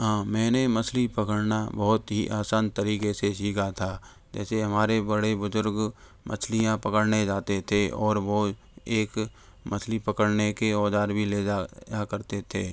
हाँ मैंने मछली पकड़ना बहुत ही आसान तरीके से सीखा था जैसे हमारे बड़े बुजुर्ग मछलियाँ पकड़ने जाते थे और वो एक मछली पकड़ने के औजार भी ले जाया करते थे